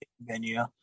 venue